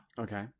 Okay